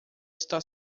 está